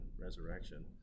resurrection